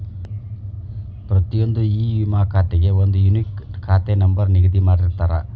ಪ್ರತಿಯೊಂದ್ ಇ ವಿಮಾ ಖಾತೆಗೆ ಒಂದ್ ಯೂನಿಕ್ ಖಾತೆ ನಂಬರ್ ನಿಗದಿ ಮಾಡಿರ್ತಾರ